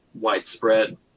widespread